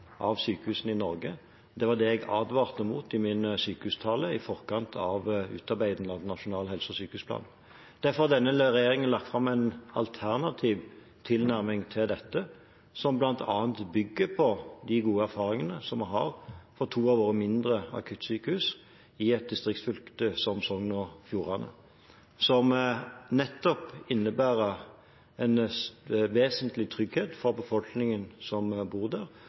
av sykehusene i Norge. Det var det jeg advarte imot i min sykehustale i forkant av utarbeidingen av Nasjonal helse- og sykehusplan. Derfor har denne regjeringen lagt fram en alternativ tilnærming til dette, som bl.a. bygger på de gode erfaringene som vi har på to av våre mindre akuttsykehus i et distriktsfylke som Sogn og Fjordane, som nettopp innebærer en vesentlig trygghet for befolkningen som bor der,